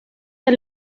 del